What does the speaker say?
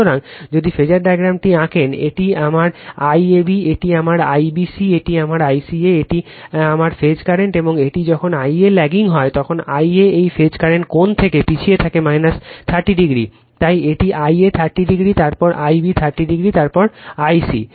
সুতরাং যদি ফেজার ডায়াগ্রামটি আঁকেন এটি আমার IAB এটি আমার IBC এটি আমার ICA এটি আমার ফেজ কারেন্ট এবং এটি যখন Ia ল্যাগিং হয় তখন Ia এই ফেজ কারেন্ট কোণ থেকে পিছিয়ে থাকে 30o তাই এটি Ia 30o তারপর Ib 30 তারপর I c